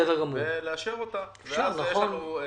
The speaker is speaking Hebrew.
משרד המשפטים מאשר את העמותה הזאת,